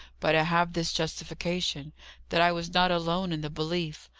but i have this justification that i was not alone in the belief.